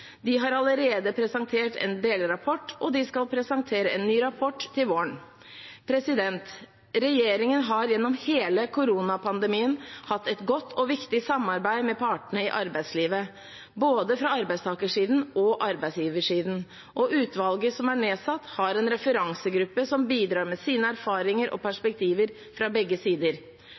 De har allerede presentert en delrapport, og de skal presentere en ny rapport til våren. Regjeringen har gjennom hele koronapandemien hatt et godt og viktig samarbeid med partene i arbeidslivet, både fra arbeidstakersiden og fra arbeidsgiversiden, og utvalget som er nedsatt, har en referansegruppe som bidrar med sine erfaringer og perspektiver fra begge sider.